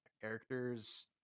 characters